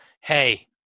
hey